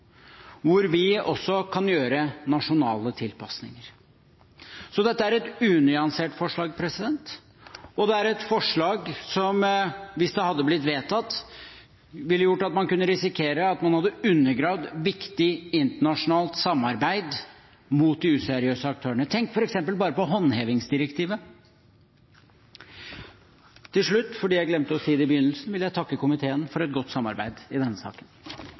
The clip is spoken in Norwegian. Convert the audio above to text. hvor vi også kan gjøre nasjonale tilpasninger. Dette er et unyansert forslag, og det er et forslag som, hvis det hadde blitt vedtatt, ville gjort at man kunne risikere at man hadde undergravd viktig internasjonalt samarbeid mot de useriøse aktørene – tenk f.eks. bare på håndhevingsdirektivet. Til slutt, fordi jeg glemte å si det i begynnelsen, vil jeg takke komiteen for et godt samarbeid i denne saken.